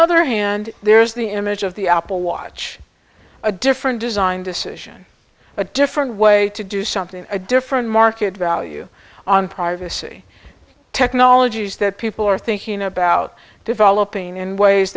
other hand there is the image of the apple watch a different design decision a different way to do something a different market value on privacy technologies that people are thinking about developing in ways